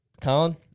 Colin